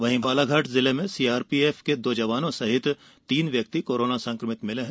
वहीं बालाघाट जिले में सीआरपीएफ के दो जवान सहित तीन व्यक्ति कोरोना संकमित मिले है